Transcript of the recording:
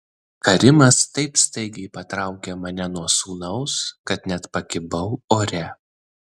karimas taip staigiai patraukė mane nuo sūnaus kad net pakibau ore